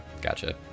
Gotcha